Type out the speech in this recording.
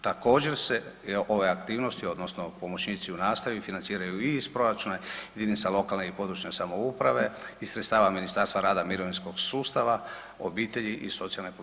Također se ove aktivnosti odnosno pomoćnici u nastavi financiraju i iz proračuna jedinica lokalne i područne samouprave i sredstava Ministarstva rada, mirovinskog sustava, obitelji i socijalne politike.